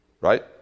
right